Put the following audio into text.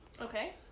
okay